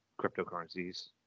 cryptocurrencies